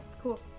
cool